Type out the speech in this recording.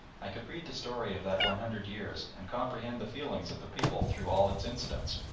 i could read the story of that one hundred years and comprehend the feelings of the people through all its incidents,